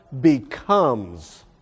becomes